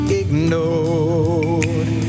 ignored